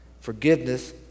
Forgiveness